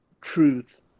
truth